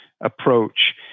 approach